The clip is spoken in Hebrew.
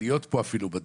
להיות פה אפילו בדיון,